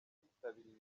yitabiriye